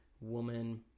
woman